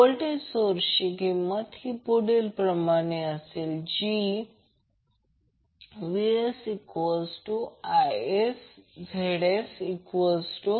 voltage सोर्सची किंमत असेल VsIsZs j42